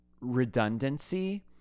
redundancy